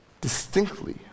distinctly